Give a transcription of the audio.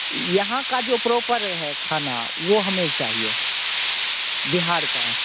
यहाँ का जो प्रॉपर है खाना वह हमें चाहिए बिहार का